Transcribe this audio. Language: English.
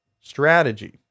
strategy